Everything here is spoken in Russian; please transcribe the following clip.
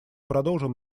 продолжим